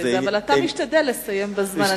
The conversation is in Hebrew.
אבל אתה משתדל לסיים בזמן.